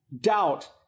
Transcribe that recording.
doubt